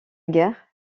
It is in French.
guerre